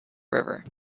river